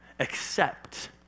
Accept